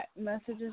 Messages